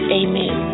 amen